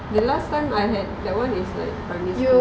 the last [one] I had that [one] is like primary school